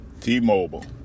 T-Mobile